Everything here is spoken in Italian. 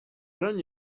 ragno